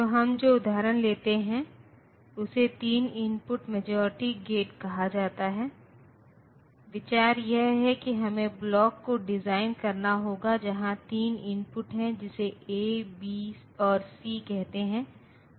तो हम जो उदाहरण लेते हैं उसे तीन इनपुट मेजोरिटी गेट कहा जाता है विचार यह है कि हमें ब्लॉक को डिज़ाइन करना होगा जहां तीन इनपुट हैं जिसे ए बी और सी कहते हैं और एक आउटपुट है